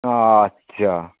আচ্ছা